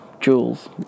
jewels